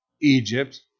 egypt